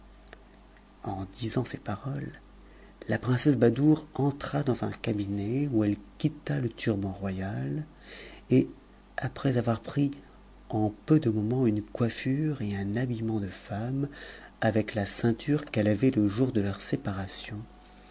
en disant ces paroles la princesse badoure entra dans un cabinet elle quitta le turban royal et après avoir pris en peu de moments coiffur e et un habillement de femme avec la ceinture qu'elle avait le jour de leur séparation